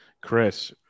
Chris